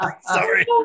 sorry